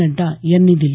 नड्डा यांनी दिली